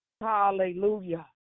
Hallelujah